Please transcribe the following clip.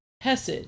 hesed